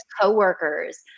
co-workers